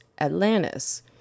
Atlantis